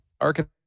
Arkansas